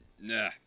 Nah